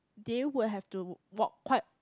they will have to walk quite